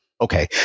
okay